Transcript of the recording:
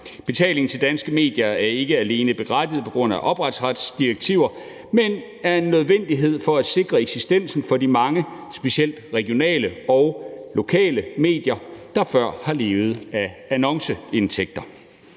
Betalingen til danske medier er ikke alene berettiget på grund af ophavsretsdirektiverne, men er en nødvendighed for at sikre eksistensen af de mange specielle regionale og lokale medier, der før har levet af annonceindtægter.